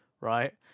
right